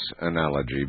analogy